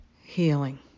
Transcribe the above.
healing